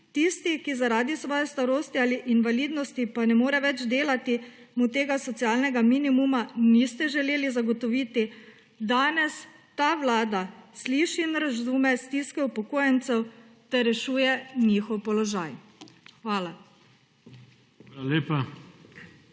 tistemu, ki zaradi svoje starosti ali invalidnosti ne more več delati, pa tega socialnega minimuma niste želeli zagotoviti, danes ta vlada sliši in razume stiske upokojencev ter rešuje njihov položaj. Hvala.